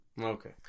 Okay